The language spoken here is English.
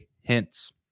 hints